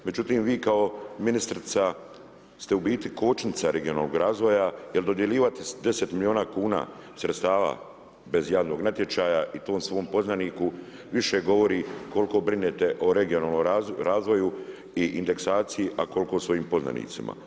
Međutim vi kao ministrica ste u biti kočnica regionalnog razvoja jer dodjeljivati 10 milijuna kuna sredstava bez javnog natječaja i to svom poznaniku više govori koliko brinete o regionalnom razvoju i indeksaciji a koliko o svojim poznanicima.